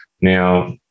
Now